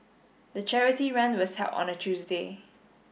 the charity run was held on a Tuesday